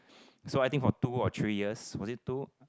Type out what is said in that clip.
so I think for two or three years was it two